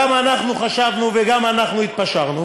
גם אנחנו חשבנו וגם אנחנו התפשרנו,